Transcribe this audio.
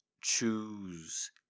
Choose